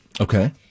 Okay